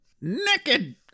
naked